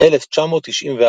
1994